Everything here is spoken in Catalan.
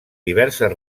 diverses